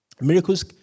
miracles